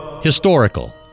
Historical